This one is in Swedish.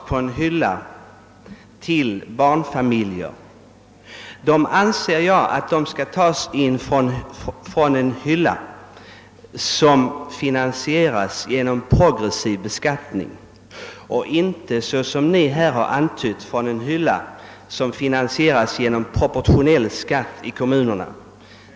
Pengar till barnfamiljer anser jag skall tas från en hylla med medel som finansieras genom progressiv beskattning och inte, såsom ni här har antytt, från en hylla med medel som finansieras genom proportionell skatt i kommunerna.